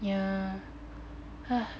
yeah